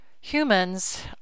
humans